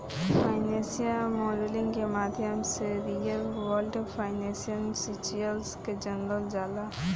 financial modelling के माध्यम से रियल वर्ल्ड फाइनेंशियल सिचुएशन के जानल जाला